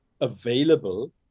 available